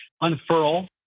unfurl